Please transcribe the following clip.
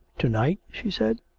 to-night? she said.